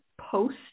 post